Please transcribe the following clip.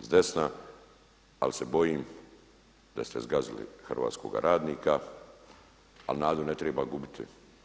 s desna ali se bojim da ste zgazili hrvatskoga radnika ali nadu ne treba gubiti.